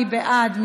מי בעד?